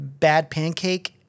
badpancake